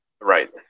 Right